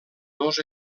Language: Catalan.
dos